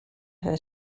her